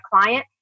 client